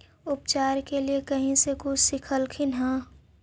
उपचार के लीये कहीं से कुछ सिखलखिन हा?